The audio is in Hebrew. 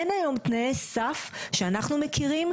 אין היום תנאי סף שאנחנו מכירים,